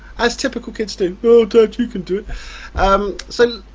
as typical kids do oh dad you can do it. um so,